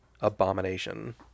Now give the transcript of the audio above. abomination